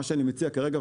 מה שאני מציע כרגע,